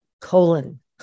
colon